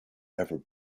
ever